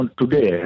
today